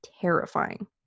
terrifying